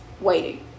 waiting